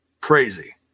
Crazy